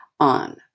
on